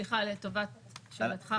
לשאלתך,